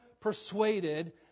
persuaded